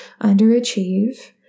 underachieve